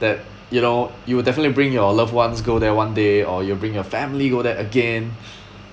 that you know you will definitely bring your loved ones go there one day or you bring your family go there again